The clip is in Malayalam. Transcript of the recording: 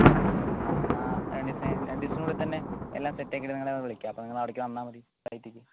ഓക്കേ ഓക്കേ അപ്പോൾ ഞാനെന്നാൽ രണ്ട് ദിവസം രണ്ടു ദിവസത്തിനുള്ളിൽ തന്നെ എല്ലാം സെറ്റാക്കിയിട്ട് നിങ്ങളെയൊന്ന് വിളിക്കാം അപ്പോൾ നിങ്ങൾ അവിടേക്ക് വന്നാൽ മതി സൈറ്റിലേക്ക്